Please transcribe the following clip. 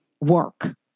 work